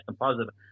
positive